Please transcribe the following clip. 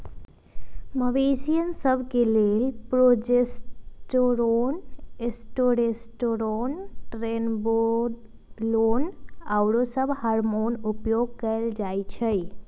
मवेशिय सभ के लेल प्रोजेस्टेरोन, टेस्टोस्टेरोन, ट्रेनबोलोन आउरो सभ हार्मोन उपयोग कयल जाइ छइ